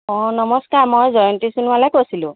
অঁ নমস্কাৰ মই জয়ন্তী সোণোৱালে কৈছিলোঁ